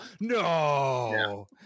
no